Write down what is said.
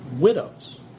widows